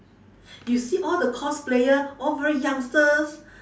you see all the cosplayer all very youngsters